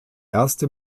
erste